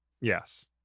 Yes